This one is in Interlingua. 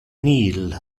nihil